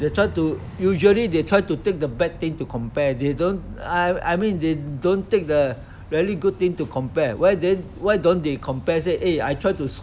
will try to usually they try to take the bad thing to compare they don't I I mean they don't take the very good thing to compare why then why don't they compare say I try to